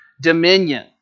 dominion